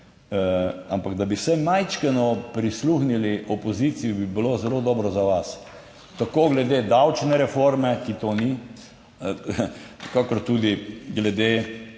Ampak da bi vsaj majčkeno prisluhnili opoziciji, bi bilo zelo dobro za vas, tako glede davčne reforme, ki to ni, kakor tudi glede